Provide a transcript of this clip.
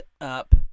up